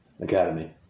Academy